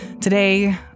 Today